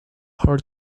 her